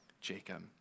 Jacob